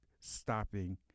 stopping